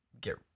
get